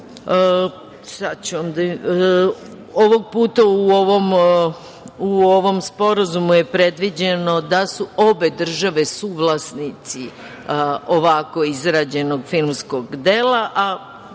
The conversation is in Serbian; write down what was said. komisija. Ovog puta u ovom Sporazumu je predviđeno da su obe države suvlasnici ovako izrađenog filmskog dela,